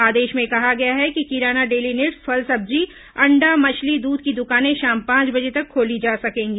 आदेश में कहा गया है कि किराना डेली नीड्स फल सब्जी अंडा मछली दूध की द्कानें शाम पांच बजे तक खोली जा सकेंगी